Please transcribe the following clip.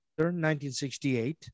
1968